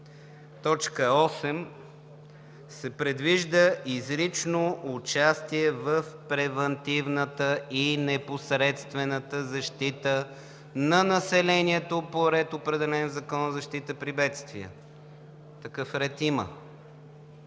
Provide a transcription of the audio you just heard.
т. 8 се предвижда изрично участие в превантивната и непосредствената защита на населението по ред, определен в Закона за защита при бедствия. Такъв ред има!